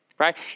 right